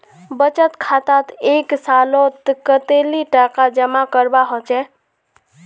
बचत खातात एक सालोत कतेरी टका जमा करवा होचए?